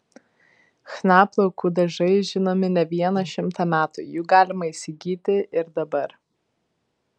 chna plaukų dažai žinomi ne vieną šimtą metų jų galima įsigyti ir dabar